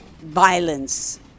violence